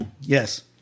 Yes